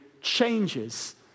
changes